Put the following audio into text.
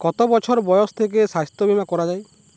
কত বছর বয়স থেকে স্বাস্থ্যবীমা করা য়ায়?